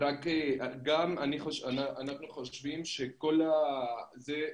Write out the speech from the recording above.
אנחנו חושבים שכל זה,